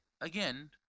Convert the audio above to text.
again